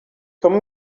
come